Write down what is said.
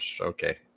okay